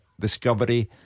discovery